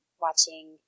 watching